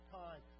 time